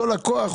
אותו לקוח,